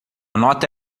nota